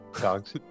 dogs